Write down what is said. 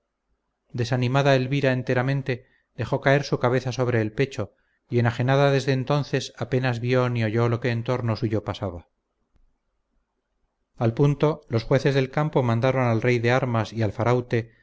desanimada elvira enteramente dejó caer su cabeza sobre el pecho y enajenada desde entonces apenas vio ni oyó lo que en torno suyo pasaba al punto los jueces del campo mandaron al rey de armas y al faraute